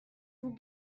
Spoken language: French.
vous